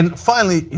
and finally,